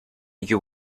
you